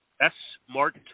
S-Mart